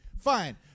Fine